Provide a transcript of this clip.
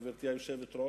גברתי היושבת-ראש,